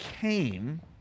came